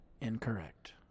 Incorrect